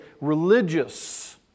religious